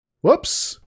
Whoops